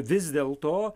vis dėlto